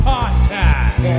Podcast